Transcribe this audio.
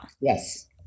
Yes